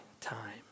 time